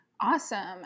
Awesome